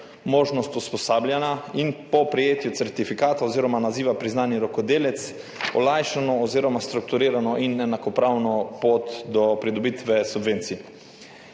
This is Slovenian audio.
možnost usposabljanja in po prejetju certifikata oziroma naziva priznani rokodelec olajšano oziroma strukturirano in enakopravno pot do pridobitve subvencij.